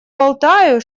болтаю